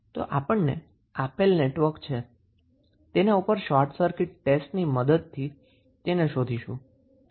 આપણને આપેલ નેટવર્ક છે તેના ઉપર શોર્ટ સર્કીટ ટેસ્ટ ની મદદથી તેને શોધીશું